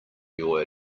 your